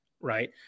right